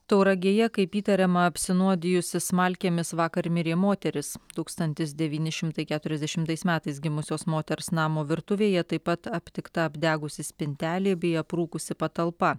tauragėje kaip įtariama apsinuodijusi smalkėmis vakar mirė moteris tūkstantis devyni šimtai keturiasdešimtais metais gimusios moters namo virtuvėje taip pat aptikta apdegusi spintelė bei aprūkusi patalpa